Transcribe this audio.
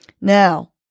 Now